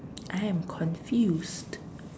I am confused